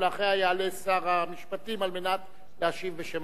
ואחריה יעלה שר המשפטים להשיב בשם